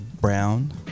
Brown